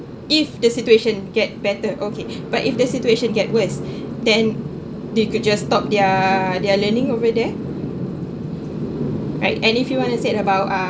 if the situation get better okay but if the situation get worse then they could just stop their their learning over there right and if you want to said about uh